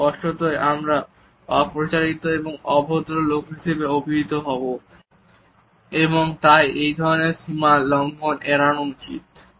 তবে স্পষ্টতই আমরা অপ্রচারিত ও অভদ্র লোক হিসাবে অভিহিত করব এবং তাই এই ধরণের সীমা লঙ্ঘন এড়ানো উচিত